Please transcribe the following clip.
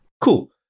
Cool